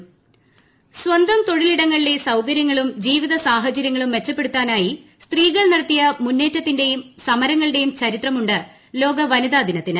വനിതാ ദിനം ഇൻട്രോ സ്വന്തം തൊഴിലിടങ്ങളിലെ സൌകര്യങ്ങളും ജീവിത സാഹചര്യങ്ങളും മെച്ചപ്പെടുത്താനായി സ്ത്രീകൾ നടത്തിയ മുന്നേറ്റത്തിന്റെയും സമരങ്ങളുടെയും ചരിത്രമുണ്ട് ലോക വനിതാദിനത്തിന്